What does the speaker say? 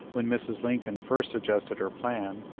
when mrs. lincoln first suggested her plan,